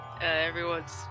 Everyone's